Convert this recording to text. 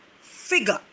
figure